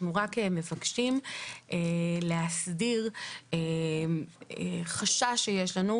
אנחנו רק מבקשים להסדיר חשש שיש לנו,